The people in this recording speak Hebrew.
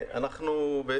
התחבורה.